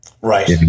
Right